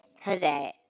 Jose